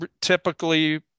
typically